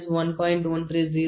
000 40